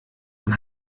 man